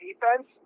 defense